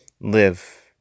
live